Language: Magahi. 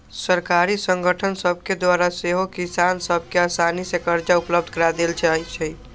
सहकारी संगठन सभके द्वारा सेहो किसान सभ के असानी से करजा उपलब्ध करा देल जाइ छइ